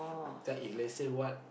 that if let's say what